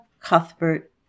Cuthbert